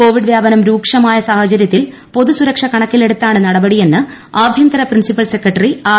Covid വ്യാപനം രൂക്ഷമായ സാഹചര്യത്തിൽ പൊതു സുരക്ഷ കണക്കിലെടുത്താണ് നടപടിയെന്ന് ആഭ്യന്തര പ്രിൻസിപ്പൽ സെക്രട്ടറി ആർ